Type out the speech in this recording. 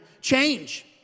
change